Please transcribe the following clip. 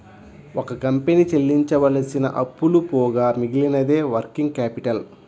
ఒక కంపెనీ చెల్లించవలసిన అప్పులు పోగా మిగిలినదే వర్కింగ్ క్యాపిటల్